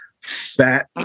fat